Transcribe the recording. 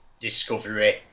discovery